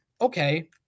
Okay